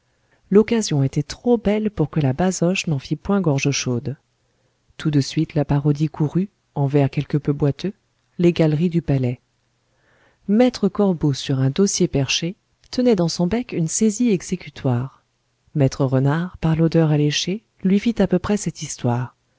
l'occasion était trop belle pour que la basoche n'en fît point gorge chaude tout de suite la parodie courut en vers quelque peu boiteux les galeries du palais maître corbeau sur un dossier perché tenait dans son bec une saisie exécutoire maître renard par l'odeur alléché lui fit à peu près cette histoire